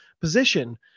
position